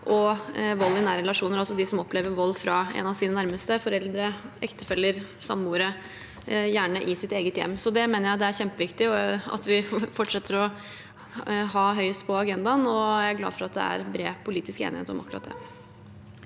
og vold i nære relasjoner, altså de som opplever vold fra en av sine nærmeste – foreldre, ektefeller, samboere – gjerne i sitt eget hjem. Jeg mener det er kjempeviktig at vi fortsetter å ha det høyest på agendaen, og jeg er glad for at det er bred politisk enighet om akkurat det.